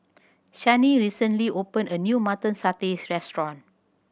Shani recently opened a new Mutton Satay restaurant